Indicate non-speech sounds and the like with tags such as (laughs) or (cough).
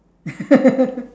(laughs)